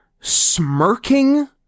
smirking